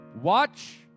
watch